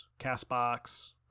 CastBox